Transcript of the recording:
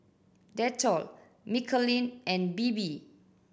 Dettol Michelin and Bebe